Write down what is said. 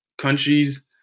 countries